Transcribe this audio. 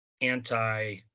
anti